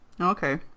Okay